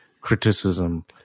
criticism